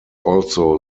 also